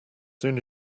soon